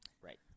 Right